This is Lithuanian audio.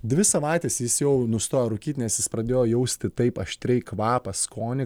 dvi savaites jis jau nustojo rūkyt nes jis pradėjo jausti taip aštriai kvapą skonį